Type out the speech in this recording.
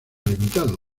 limitado